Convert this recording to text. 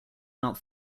out